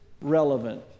relevant